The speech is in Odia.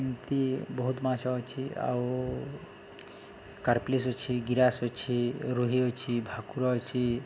ଏମିତି ବହୁତ ମାଛ ଅଛି ଆଉ କାର୍ପଲିସ୍ ଅଛି ଗିରାସ ଅଛି ରୋହି ଅଛି ଭାକୁର ଅଛି